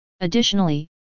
Additionally